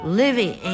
living